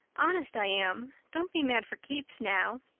honest i am. don't be mad for keeps, now.